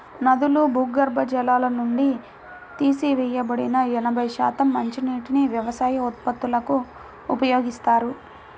నదులు, భూగర్భ జలాల నుండి తీసివేయబడిన ఎనభై శాతం మంచినీటిని వ్యవసాయ ఉత్పత్తులకు ఉపయోగిస్తారు